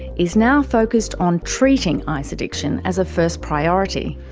is now focused on treating ice addiction as a first priority.